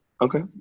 okay